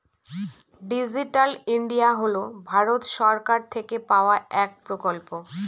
digital India হল ভারত সরকার থেকে পাওয়া এক প্রকল্প